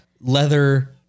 leather